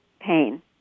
pain